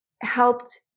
helped